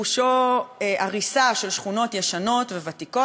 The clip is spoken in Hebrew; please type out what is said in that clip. פירושו הריסה של שכונות ישנות וותיקות,